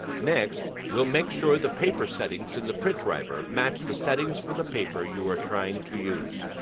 next, we'll make sure the paper settings in the print driver match the settings for the paper you are trying to use.